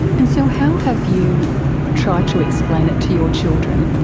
and so how have you tried to explain it to your children?